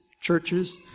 churches